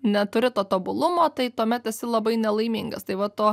neturi to tobulumo tai tuomet esi labai nelaimingas tai va to